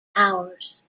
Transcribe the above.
hours